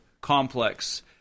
complex